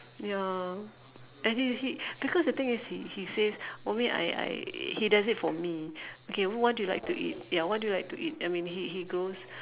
ya and he he because the thing is he he says ummi I I he does it for me okay what do you like to eat ya what do you like to eat I mean he he grows